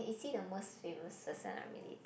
is he the most famous person I relate to